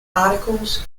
articles